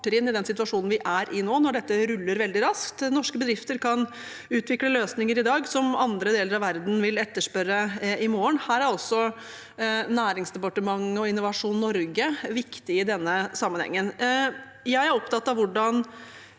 i den situasjonen vi er i nå når dette ruller veldig raskt. Norske bedrifter kan utvikle løsninger i dag som andre deler av verden vil etterspørre i morgen. I denne sammenhengen er også Næringsdepartementet og Innovasjon Norge viktige. Jeg er opptatt av hvordan